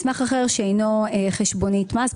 מסמך אחר שאינו חשבונית מס.